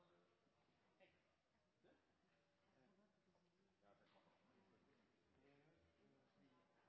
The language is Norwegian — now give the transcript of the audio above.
er nødvendig – ja det